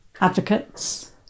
advocates